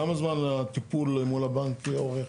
כמה זמן הטיפול מול הבנק אורך?